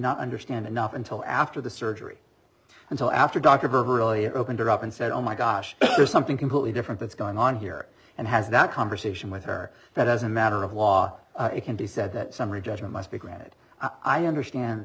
not understand enough until after the surgery and so after dr who really opened her up and said oh my gosh there's something completely different that's going on here and has that conversation with her that as a matter of law it can be said that summary judgment must be granted i understand